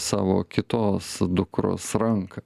savo kitos dukros ranką